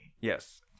Yes